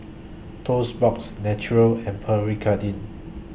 Toast Box Naturel and Pierre Cardin